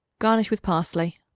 garnish with parsley.